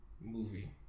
movie